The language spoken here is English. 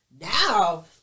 Now